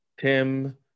Tim